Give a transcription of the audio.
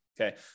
Okay